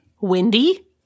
Windy